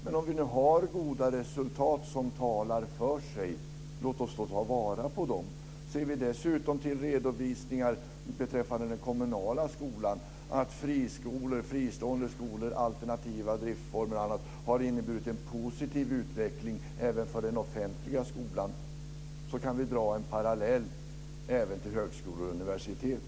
Men om vi nu har goda resultat som talar för sig, låt oss då ta vara på dem. Ser vi dessutom i redovisningar beträffande den kommunala skolan att friskolor, fristående skolor och alternativa driftsformer, bl.a., har inneburit en positiv utveckling även för den offentliga skolan kan vi dra en parallell till högskolor och universitet.